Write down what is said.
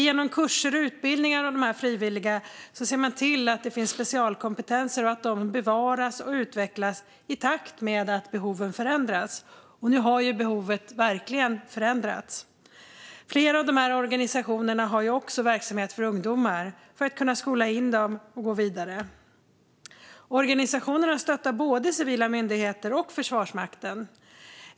Genom kurser och utbildningar av de frivilliga ser man till att specialkompetenserna bevaras och utvecklas i takt med att behoven förändras. Nu har behovet verkligen förändrats. Flera av organisationerna har också verksamhet för ungdomar för att de ska kunna skolas in och gå vidare. Organisationerna stöttar både civila myndigheter och Försvarsmakten.